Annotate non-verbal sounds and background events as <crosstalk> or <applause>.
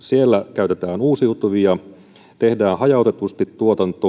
käytetään uusiutuvia tehdään hajautetusti tuotantoa <unintelligible>